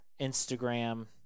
Instagram